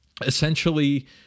essentially